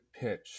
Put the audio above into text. pitch